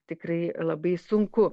tikrai labai sunku